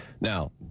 Now